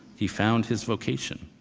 he found his vocation